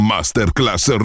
Masterclass